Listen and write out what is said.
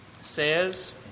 says